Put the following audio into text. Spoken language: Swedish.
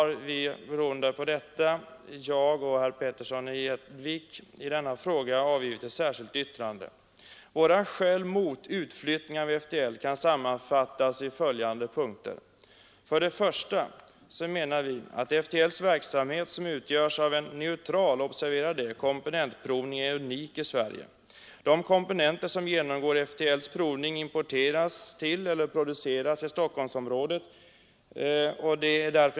Beroende på detta har herr Petersson i Gäddvik och jag i denna fråga avgivit ett särskilt yttrande. Våra skäl mot utflyttning av FTL kan sammanfattas i följande punkter. För det första anser vi att FTL:s verksamhet, som utgör en neutral — observera det — komponentprovning, är unik i Sverige. De komponenter som genomgår FTL:s provning importeras till eller produceras i Stockholmsområdet.